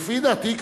לפי דעתי,